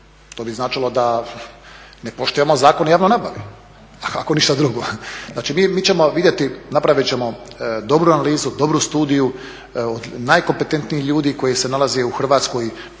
to bi značilo da ne poštujemo Zakon o javnoj nabavi, ako ništa drugo. Dakle, mi ćemo vidjeti, napravit ćemo dobru analizu, dobru studiju od najkompetentnijih ljudi koji se nalaze u Hrvatskoj,